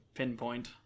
pinpoint